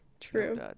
True